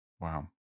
wow